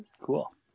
Cool